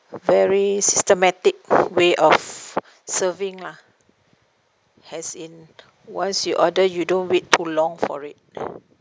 very systematic way of serving lah as in once you order you don't wait too long for it